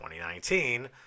2019